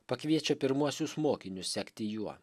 pakviečia pirmuosius mokinius sekti juo